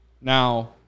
Now